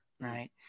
right